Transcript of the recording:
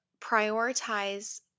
prioritize